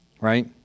Right